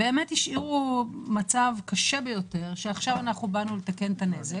באמת השאירו מצב קשה ביותר שעכשיו באנו לתקן את הנזק.